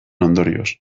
ondorioz